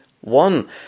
one